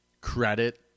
credit